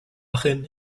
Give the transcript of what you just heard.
aachen